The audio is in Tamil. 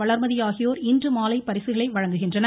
வளர்மதி ஆகியோர் இன்றுமாலை பரிசுகளை வழங்குகின்றனர்